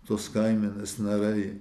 tos kaimenės nariai